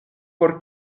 por